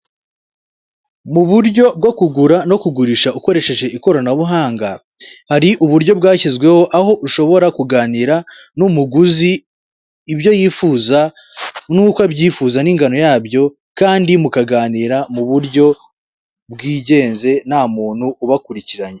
Mu buryo bwo kugura no kugurisha ukoresheje ikoranabuhanga, hari uburyo bwashyizweho. Aho ushobora kuganira n'umuguzi, ibyo yifuza n'uko abyifuza n'ingano yabyo. Kandi mukaganira mu buryo bwigenze nta muntu ubakurikiranye.